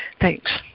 thanks